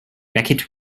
beckett